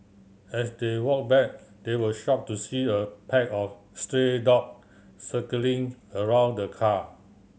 as they walk back they were shocked to see a pack of stray dog circling around the car